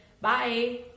Bye